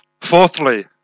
Fourthly